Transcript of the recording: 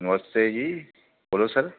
नमस्ते जी बोलो सर